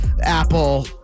apple